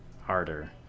harder